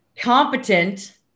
competent